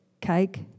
cake